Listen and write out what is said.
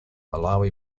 malawi